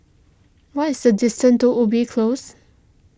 what is the distance to Ubi Close